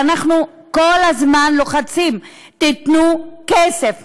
ואנחנו כל הזמן לוחצים: תנו כסף,